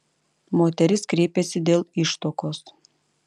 moteris kreipėsi dėl ištuokos